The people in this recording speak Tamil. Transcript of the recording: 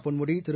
பொன்முடி திரு